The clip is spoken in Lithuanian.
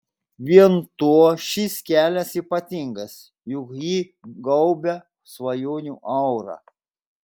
vien tuo šis kelias ypatingas juk jį gaubia svajonių aura